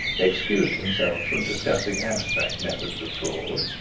excused himself from discussing abstract methods of fraud.